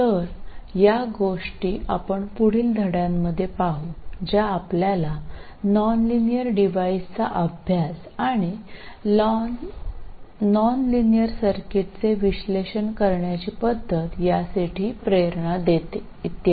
तर त्या गोष्टी आपण पुढील धड्यांमध्ये पाहू ज्या आपल्याला नॉन लिनियर डिव्हाइसचा अभ्यास आणि नॉन लिनियर सर्किट्सचे विश्लेषण करण्याची पद्धत यासाठी प्रेरणा देते इत्यादी